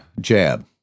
jab